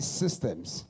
systems